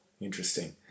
Interesting